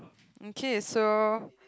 okay so